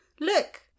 Look